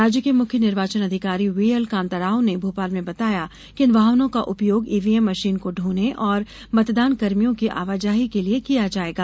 राज्य के मुख्य निर्वाचन अधिकारी वीएल कांताराव ने भोपाल में बताया कि इन वाहनों का उपयोग ईवीएम मशीन को ढोने और मतदान कर्मियों की आवाजाही के लिए किया जाएगा